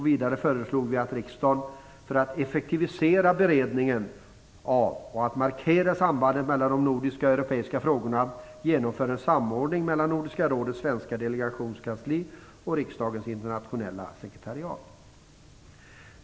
Vidare föreslog vi att riksdagen för att effektivisera beredningen av och markera sambandet mellan de nordiska och de europeiska frågorna genomför en samordning mellan Nordiska rådets svenska delegations kansli och riksdagens internationella sekretariat.